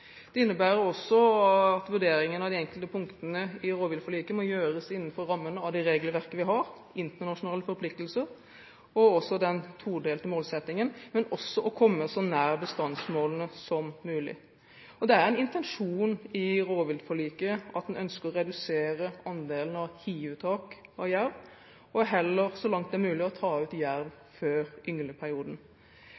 Det innebærer også at vurderingen av de enkelte punktene i rovviltforliket må gjøres innenfor rammen av det regelverket vi har, internasjonale forpliktelser og den todelte målsetningen for å komme så nær bestandsmålene som mulig. Det er en intensjon i rovviltforliket at en ønsker å redusere andelen av hiuttak av jerv og heller – så langt det er mulig – ta ut